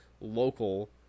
local